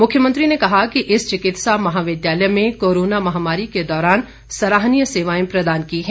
मुख्यमंत्री ने कहा कि इस चिकित्सा महाविद्यालय में कोरोना महामारी के दौरार सराहनीय सेवाएं प्रदान की है